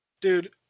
Dude